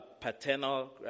paternal